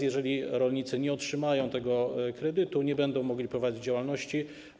Jeżeli rolnicy nie otrzymają tego kredytu, nie będą mogli prowadzić działalności.